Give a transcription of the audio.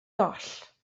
goll